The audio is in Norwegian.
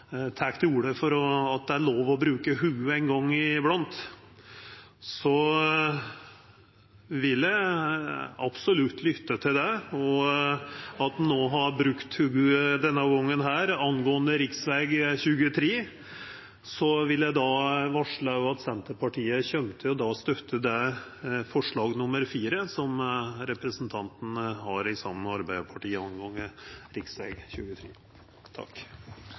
tek til orde for at det er lov å bruka hovudet ein gong i blant, vil eg absolutt lytta til det, og eg synest at han òg har brukt hovudet denne gongen her om rv. 23. Så vil eg varsla at Senterpartiet kjem til å støtta forslag nr. 4, som SV har saman med Arbeidarpartiet